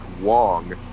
Wong